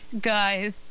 guy's